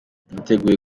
niteguye